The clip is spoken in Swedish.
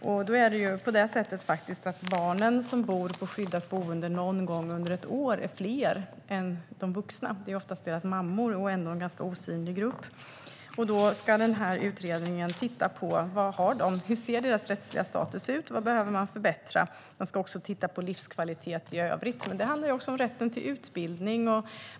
Någon gång under ett år är barnen som bor på skyddat boende fler än de vuxna, oftast mammor, men de är ändå en ganska osynlig grupp. Utredningen ska titta på barnens rättsliga status och vad som behöver förbättras. Den ska också titta på livskvalitet i övrigt. Det handlar också om rätten till utbildning.